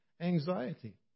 anxiety